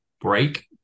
break